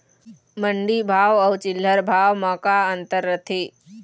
मंडी भाव अउ चिल्हर भाव म का अंतर रथे?